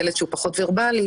ילד שהוא פחות ורבאלי,